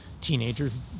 teenagers